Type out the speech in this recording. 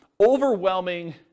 overwhelming